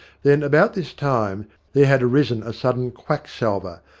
then about this time there had arisen a sudden quacksalver,